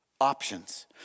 options